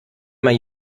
mal